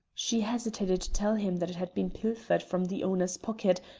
she hesitated to tell him that it had been pilfered from the owner's pocket,